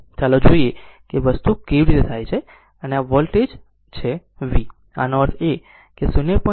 ચાલો જોઈએ કે વસ્તુઓ કેવી રીતે થાય છે અને આ વોલ્ટેજ આ વોલ્ટેજ છે v એનો અર્થ એ કે 0